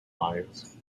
lives